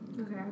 Okay